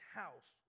house